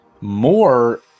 more